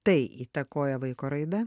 tai įtakoja vaiko raidą